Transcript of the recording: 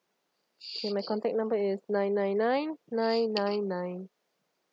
K my contact number is nine nine nine nine nine nine